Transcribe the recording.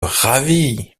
ravi